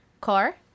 Car